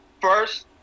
first